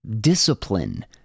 discipline